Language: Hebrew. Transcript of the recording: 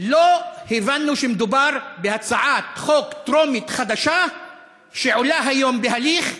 לא הבנו שמדובר בהצעת חוק טרומית חדשה שעולה היום בהליך,